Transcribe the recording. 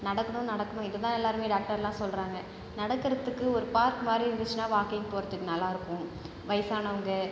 நடக்கணும் நடக்கணும் இதுதான் எல்லாருமே டாக்டர்லாம் சொல்கிறாங்க நடக்கறதுக்கு ஒரு பார்க் மாதிரி இருந்துச்சுன்னா வாக்கிங் போகறதுக்கு நல்லாருக்கும் வயசானவங்க